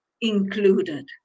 included